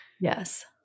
yes